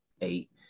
eight